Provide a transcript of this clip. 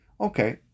Okay